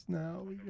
now